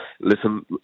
listen